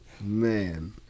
Man